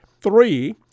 three